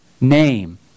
name